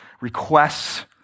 requests